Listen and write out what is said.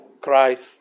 Christ